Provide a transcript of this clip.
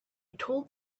told